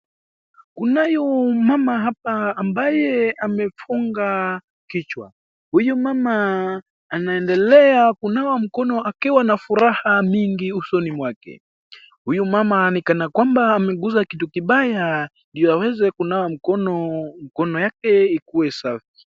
Kunayo mmama hapa ambaye amefunga kichwa. Huyu mama anaendelea kunawa mkono akiwa na furaha mingi usoni mwake. Huyu mama ni kana kwamba ameguza kitu kibaya ndiyo aweze mkono, mkono yake ikuwe safi.